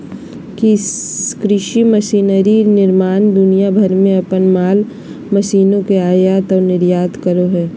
कृषि मशीनरी निर्माता दुनिया भर में अपन माल मशीनों के आयात आऊ निर्यात करो हइ